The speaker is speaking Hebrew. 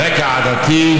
על רקע עדתי,